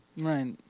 Right